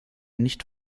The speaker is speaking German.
nicht